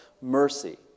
mercy